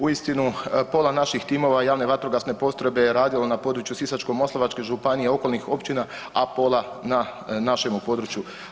Uistinu, pola naših timova javne vatrogasne postrojbe je radilo na području Sisačko-moslavačke županije, okolnih općina, a pola na našemu području.